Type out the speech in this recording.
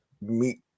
meet